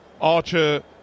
Archer